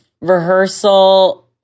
rehearsal